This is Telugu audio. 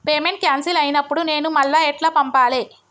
పేమెంట్ క్యాన్సిల్ అయినపుడు నేను మళ్ళా ఎట్ల పంపాలే?